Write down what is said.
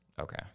Okay